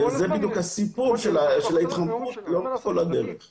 וזה בדיוק הסיפור של ההתחמקות לאורך כל הדרך.